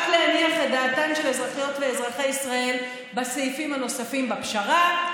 רק להניח את דעתן של אזרחיות ואזרחי ישראל בסעיפים הנוספים בפשרה: